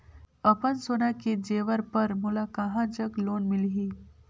अपन सोना के जेवर पर मोला कहां जग लोन मिलही?